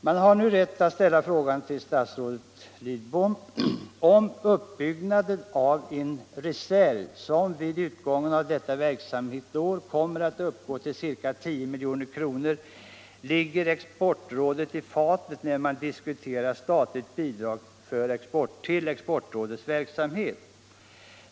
Man har nu rätt att ställa frågan till statsrådet Lidbom, om uppbyggnaden av en reserv, som vid utgången av detta verksamhetsår kommer att uppgå till ca 10 milj.kr., ligger Exportrådet i fatet när man diskuterar statligt bidrag till Exportrådets verksamhet.